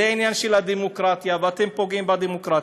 זה עניין של הדמוקרטיה, ואתם פוגעים בדמוקרטיה.